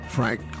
Frank